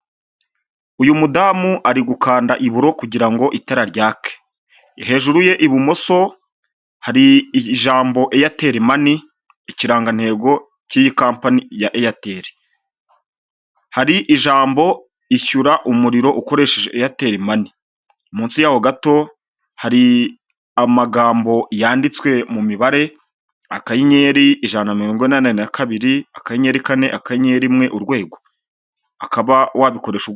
Uyu mudamu ari gukanda iburo kugira ngo itara ryake, hejuru ye ibumoso hari ijambo Airtel Money ikirangantego k'iyi kampanyi ya Airtel, hari ijambo ishyura umuriro ukoresheje Airtel Money, munsi y'aho gato hari amagambo yanditswe mu mibare, akanyeri ijana na mirongo inane na kabiri akanyenyeri kane, akanyenyeri urwego, ukaba wabikoresha ubu...